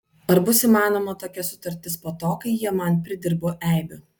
ar bus įmanoma tokia sutartis po to kai jie man pridirbo eibių